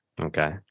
Okay